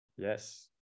Yes